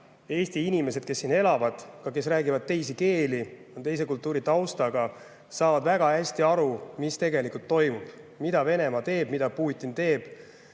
Eesti inimesed, kes siin elavad – ka need, kes räägivad teisi keeli ja on teise kultuuritaustaga –, saavad väga hästi aru, mis tegelikult toimub, mida Venemaa teeb, mida Putin